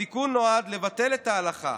התיקון נועד לבטל את ההלכה,